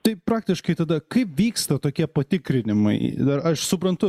tai praktiškai tada kaip vyksta tokie patikrinimai dar aš suprantu